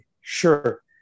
Sure